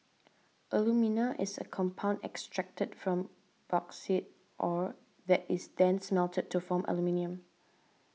alumina is a compound extracted from bauxite ore that is then smelted to form aluminium